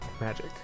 magic